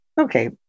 okay